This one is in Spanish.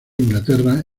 inglaterra